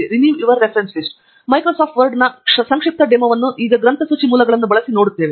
ನಾವು ಮೈಕ್ರೋಸಾಫ್ಟ್ ವರ್ಡ್ನ ಸಂಕ್ಷಿಪ್ತ ಡೆಮೊವನ್ನು ಈಗ ಗ್ರಂಥಸೂಚಿ ಮೂಲಗಳನ್ನು ಬಳಸಿ ನೋಡುತ್ತೇವೆ